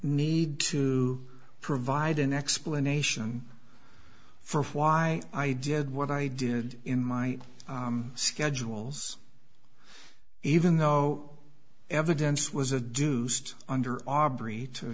need to provide an explanation for why i did what i did in my schedules even though evidence was a deuced under aubree to